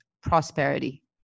prosperity